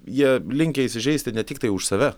jie linkę įsižeisti ne tiktai už save